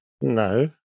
No